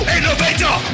Innovator